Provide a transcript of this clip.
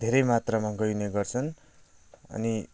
धेरै मात्रमा गइने गर्छन् अनि